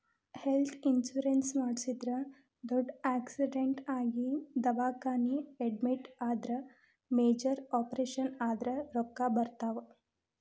health insurance ಮಾಡಿಸಿದ್ರ ದೊಡ್ಡ್ accident ಆಗಿ ದವಾಖಾನಿ ಅಡ್ಮಿಟ್ ಆದ್ರ ಮೇಜರ್ ಆಪರೇಷನ್ ಆದ್ರ ರೊಕ್ಕಾ ಬರ್ತಾವ